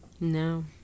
No